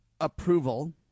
approval